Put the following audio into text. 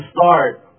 start